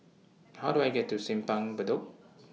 How Do I get to Simpang Bedok